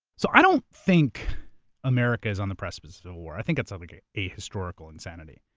so i don't think america is on the precipice of war, i think that's like a a historical insanity.